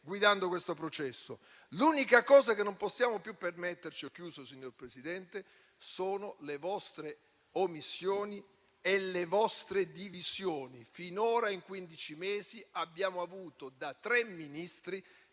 guidando questo processo. L'unica cosa che non possiamo più permetterci, signor Presidente, sono le vostre omissioni e le vostre divisioni. Finora, in quindici mesi, abbiamo avuto da tre Ministri